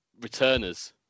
returners